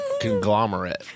conglomerate